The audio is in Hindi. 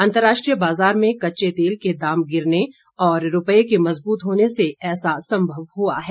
अंतर्राष्ट्रीय बाजार में कच्चे तेल के दाम गिरने और रुपये के मजबूत होने से ऐसा संभव हुआ है